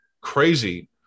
crazy